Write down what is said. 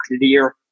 clear